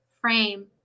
frame